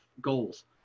goals